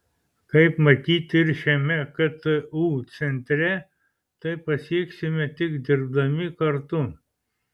kaip matyti ir šiame ktu centre tai pasieksime tik dirbdami kartu